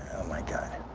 my god